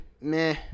meh